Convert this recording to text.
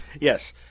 Yes